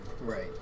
Right